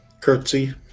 Curtsy